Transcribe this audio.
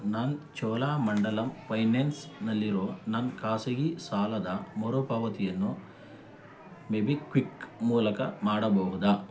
ನನ್ನ ಚೋಳಮಂಡಲಮ್ ಫೈನಾನ್ಸ್ನಲ್ಲಿರೋ ನನ್ ಕಾಸಗಿ ಸಾಲದ ಮರುಪಾವತಿಯನ್ನು ಮೇಬಿಕ್ವಿಕ್ ಮೂಲಕ ಮಾಡಬಹುದಾ